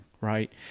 right